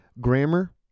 Grammar